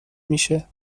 میشه